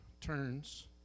turns